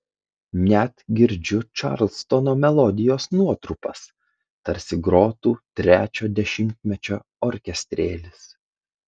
net girdžiu čarlstono melodijos nuotrupas tarsi grotų trečio dešimtmečio orkestrėlis